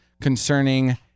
concerning